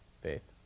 faith